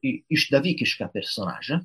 išdavikišką personažą